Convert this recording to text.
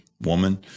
woman